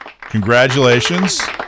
Congratulations